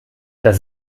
das